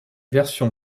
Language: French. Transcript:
versions